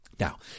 Now